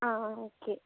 ആ ആ ഓക്കേ